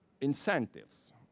incentives